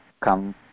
come